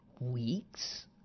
weeks